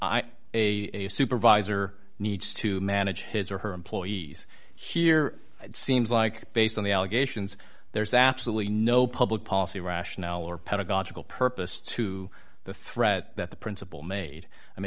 a supervisor needs to manage his or her employees here it seems like based on the allegations there's absolutely no public policy rationale or pedagogical purpose to the threat that the principal made i mean